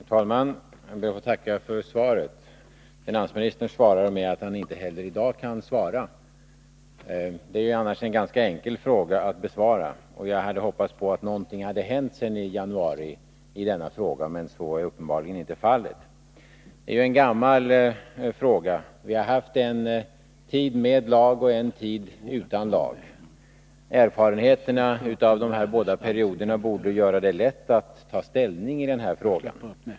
Herr talman! Jag ber att få tacka för svaret. Finansministern svarar med att han inte heller i dag kan svara. Det är ju annars en ganska enkel fråga att besvara, och jag hade hoppats på att någonting hade hänt sedan i januari i detta ärende, men så är uppenbarligen inte fallet. Detta är ju en gammal fråga. Vi har haft en tid med lag och en tid utan lag. Erfarenheterna av dessa båda perioder borde göra det lätt att ta ställning i denna fråga.